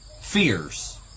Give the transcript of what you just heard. fears